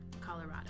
Colorado